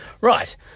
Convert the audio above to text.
Right